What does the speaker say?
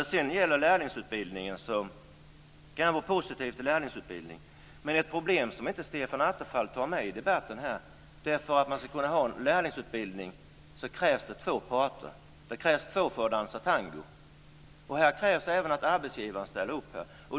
När det sedan gäller lärlingsutbildningen så kan det väl vara positivt med lärlingsutbildning, men ett problem som inte Stefan Attefall tar med i debatten är att för att man ska kunna ha en lärlingsutbildning krävs det två parter. Det krävs två för att dansa tango. Här krävs även att arbetsgivare ställer upp.